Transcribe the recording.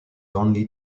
only